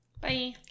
Bye